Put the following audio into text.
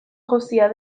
jauzia